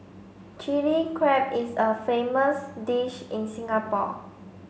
Chilli Crab is a famous dish in Singapore